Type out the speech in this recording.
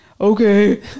Okay